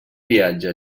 viatge